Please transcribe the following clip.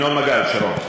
שלום,